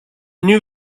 new